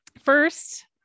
First